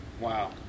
Wow